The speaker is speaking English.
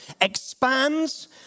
expands